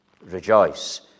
rejoice